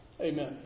Amen